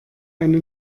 eine